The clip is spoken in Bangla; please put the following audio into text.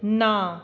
না